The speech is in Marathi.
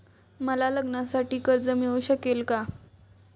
मला लग्नासाठी कर्ज मिळू शकेल का?